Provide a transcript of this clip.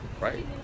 right